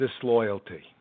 disloyalty